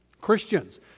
Christians